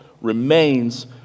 remains